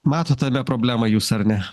matote tame problemą jūs ar ne